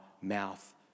mouth